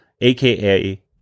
aka